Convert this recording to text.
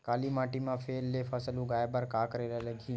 काली माटी म फेर ले फसल उगाए बर का करेला लगही?